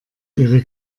ihre